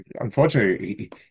unfortunately